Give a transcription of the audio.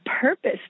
purpose